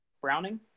Browning